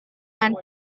and